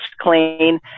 clean